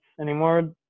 anymore